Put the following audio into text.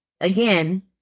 again